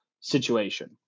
situation